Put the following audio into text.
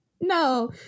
no